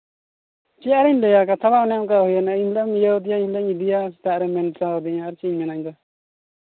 ᱪᱮᱫ ᱟᱫᱚᱧ ᱞᱟᱹᱭᱟ ᱠᱟᱛᱷᱟ ᱢᱟ ᱚᱱᱮ ᱚᱱᱠᱟ ᱦᱩᱭᱮᱱᱟ ᱤᱧᱫᱚ ᱤᱭᱟᱹᱹᱣ ᱟᱹᱫᱤᱧᱟ ᱮᱱ ᱦᱤᱞᱳᱜ ᱤᱧ ᱤᱫᱤᱭᱟ ᱥᱮᱛᱟᱜ ᱨᱮᱢ ᱢᱮᱱ ᱠᱟᱹᱫᱤᱧᱟ ᱟᱨ ᱪᱮᱫ ᱤᱧ ᱢᱮᱱᱟ ᱤᱧᱫᱚ